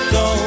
go